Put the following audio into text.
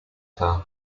her